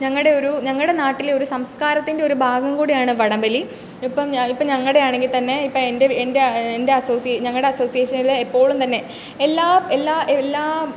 ഞങ്ങളുടെ ഒരു ഞങ്ങളുടെ നാട്ടിൽ ഒരു സംസ്കാരത്തിൻ്റെ ഒരു ഭാഗം കൂടെയാണ് വടം വലി ഇപ്പം ഇപ്പം ഞങ്ങളുടെ ആണെങ്കിൽ തന്നെ ഇപ്പം എൻ്റെ എൻ്റെ എൻ്റെ അസോസിയെ ഞങ്ങളുടെ അസോസിയേഷനിൽ എപ്പോഴും തന്നെ എല്ലാം എല്ലാ എല്ലാം